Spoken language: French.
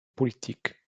politique